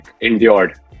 endured